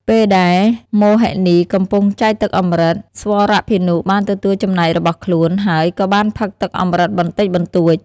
ពេលដែលមោហិនីកំពុងចែកទឹកអម្រឹត ស្វរភានុបានទទួលចំណែករបស់ខ្លួន ហើយក៏បានផឹកទឹកអម្រឹតបន្តិចបន្តួច។